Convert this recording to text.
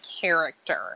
character